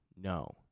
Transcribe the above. No